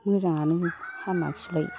मोजाङैनो हामाखिसैलाय